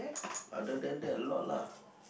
other than that a lot lah